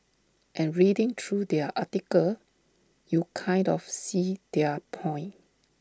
and reading through their article you kind of see their point